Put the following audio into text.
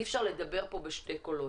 אי אפשר לדבר בשני קולות.